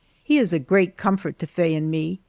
he is a great comfort to faye and me,